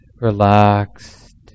relaxed